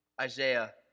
Isaiah